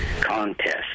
contest